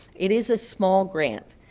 it is a small grant,